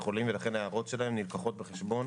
חולים ולכן ההערות שלהם נלקחות בחשבון.